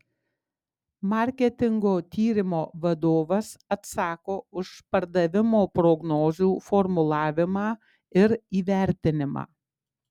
marketingo tyrimo vadovas atsako už pardavimo prognozių formulavimą ir įvertinimą